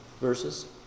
verses